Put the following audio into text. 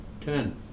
Ten